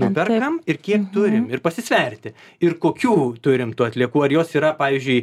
nuperkam ir kiek turim ir pasisverti ir kokių turim tų atliekų ar jos yra pavyzdžiui